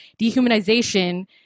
dehumanization